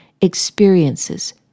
experiences